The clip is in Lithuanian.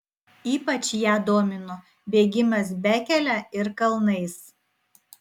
ypač ją domino bėgimas bekele ir kalnais